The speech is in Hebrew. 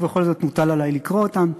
ובכל זאת מוטל עלי לקרוא אותם.